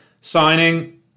signing